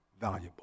valuable